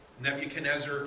Nebuchadnezzar